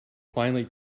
finally